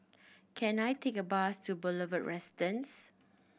can I take a bus to Boulevard Residence